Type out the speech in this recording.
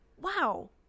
wow